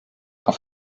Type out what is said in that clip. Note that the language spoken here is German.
auf